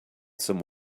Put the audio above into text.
some